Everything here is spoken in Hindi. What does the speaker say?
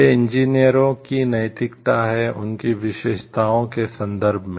ये इंजीनियरों की नैतिकता है उनकी विशेषताओं के संदर्भ में